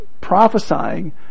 prophesying